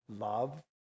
love